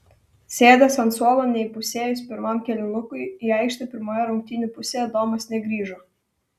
sėdęs ant suolo neįpusėjus pirmam kėlinukui į aikštę pirmoje rungtynių pusėje domas negrįžo